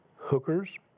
hookers